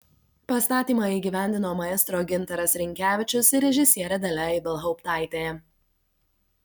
pastatymą įgyvendino maestro gintaras rinkevičius ir režisierė dalia ibelhauptaitė